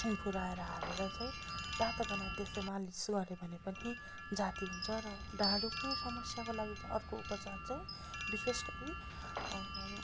भुराएर हालेर चाहिँ तातो बनाएर त्यसले मालिस गऱ्यो भने पनि जाती हुन्छ र ढाड दुख्ने समस्याको लागि चाहिँ अर्को उपचार चाहिँ विशेष गरी